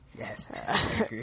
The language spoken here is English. Yes